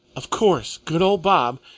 of course! good old bob!